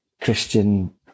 Christian